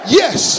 yes